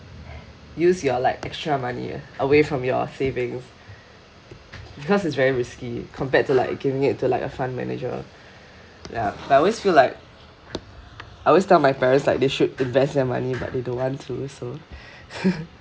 use your like extra money ah away from your savings because it's very risky compared to like giving it to like a fund manager ya but I always feel like I always tell my parents like they should invest their money but they don't want to so